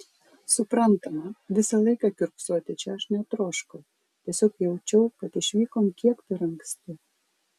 suprantama visą laiką kiurksoti čia aš netroškau tiesiog jaučiau kad išvykom kiek per anksti